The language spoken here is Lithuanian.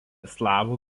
slavų